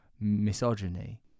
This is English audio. misogyny